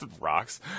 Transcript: Rocks